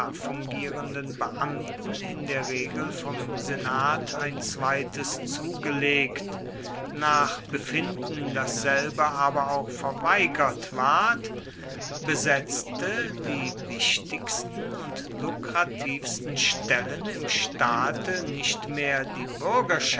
fungierenden beamten in der regel vom senat ein zweites jahr zugelegt nach befinden dasselbe aber auch verweigert ward besetzte die wichtigsten und lukrativsten stellen im staate nicht mehr die